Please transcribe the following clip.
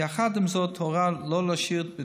העולמי התעכב ריענון התכשיר בערכות באמבולנסים